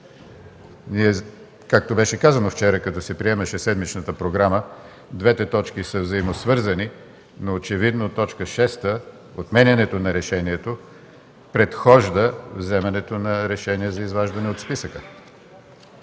Както беше казано вчера, когато се приемаше седмичната програма, двете точки са взаимосвързани, но очевидно т. 6 – отменянето на решението, предхожда вземането на решение за изваждане от списъка.